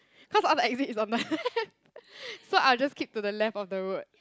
cause all the exits on the left so I'll just keep to the left of the road